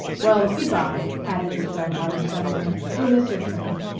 well, good-by, added his grandfather suddenly, you'll miss your train.